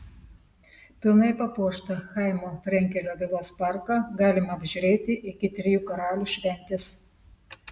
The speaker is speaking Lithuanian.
pilnai papuoštą chaimo frenkelio vilos parką galima apžiūrėti iki trijų karalių šventės